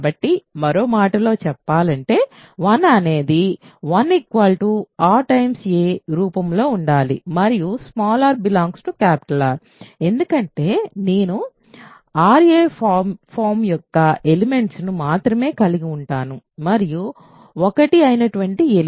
కాబట్టి మరో మాటలో చెప్పాలంటే 1అనేది 1 r a రూపంలో ఉండాలి మరియు r R ఎందుకంటే నేను ra రూపంలో ఉన్న ఎలిమెంట్స్ ను మాత్రమే కలిగి ఉంటాను మరియు 1 అటువంటి ఎలిమెంట్